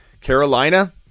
Carolina